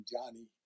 Johnny